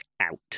out